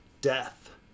death